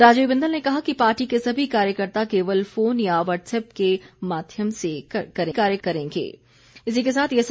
राजीव बिंदल ने कहा कि पार्टी के सभी कार्यकर्त्ता केवल फोन या व्हाट्स एप के माध्यम से कार्य करेंगे